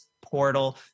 portal